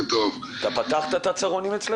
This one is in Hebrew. ברשות היושב-ראש, תודה